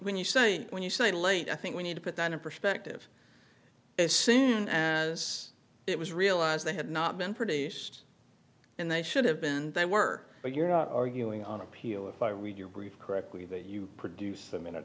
when you say when you say late i think we need to put that in perspective as soon as it was realized they had not been pretty and they should have been they were but you're arguing on appeal if i read your brief correctly that you produce them in a